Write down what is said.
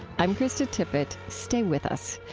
i'm krista tippett. stay with us.